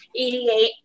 88